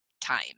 time